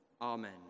Amen